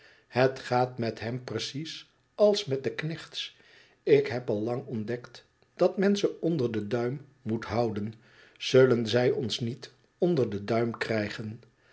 het gaat met hem precies als met de knechts ik heb al lang ontdekt dat men ze onder den duim moet houden zullen zij ons niet onder den duim krijgen